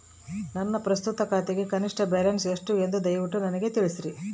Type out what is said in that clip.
ನನ್ನ ಪ್ರಸ್ತುತ ಖಾತೆಗೆ ಕನಿಷ್ಠ ಬ್ಯಾಲೆನ್ಸ್ ಎಷ್ಟು ಎಂದು ದಯವಿಟ್ಟು ನನಗೆ ತಿಳಿಸ್ರಿ